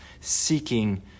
seeking